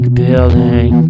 building